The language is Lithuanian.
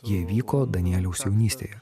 jie vyko danieliaus jaunystėje